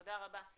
תודה רבה.